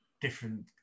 Different